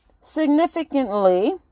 significantly